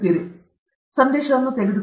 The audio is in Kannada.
ಮನೆ ಸಂದೇಶವನ್ನು ತೆಗೆದುಕೊಳ್ಳಿ